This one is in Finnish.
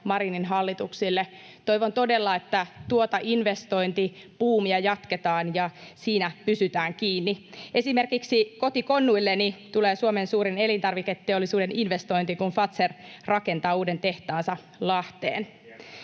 Marinin hallituksille. Toivon todella, että tuota investointibuumia jatketaan ja siinä pysytään kiinni. Esimerkiksi kotikonnuilleni tulee Suomen suurin elintarviketeollisuuden investointi, kun Fazer rakentaa uuden tehtaansa Lahteen.